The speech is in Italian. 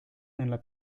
nella